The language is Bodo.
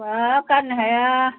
हाबाब गारनो हाया